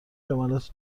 جملات